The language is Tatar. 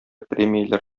премияләр